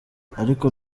ariko